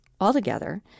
altogether